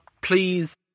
please